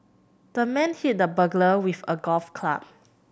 the man hit the burglar with a golf club